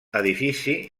edifici